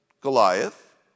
Goliath